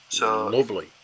Lovely